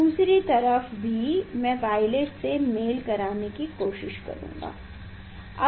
दूसरी तरफ भी मैं वायलेट से मेल कराने की कोशिश करूंगा हां